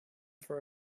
for